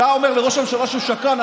אתה אומר לראש הממשלה שהוא שקרן.